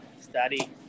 study